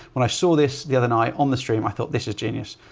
when i saw this the other night on the stream, i thought this is genius.